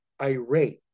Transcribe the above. irate